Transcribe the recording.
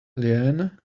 leanne